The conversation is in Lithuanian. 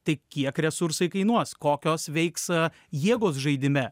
tai kiek resursai kainuos kokios veiks jėgos žaidime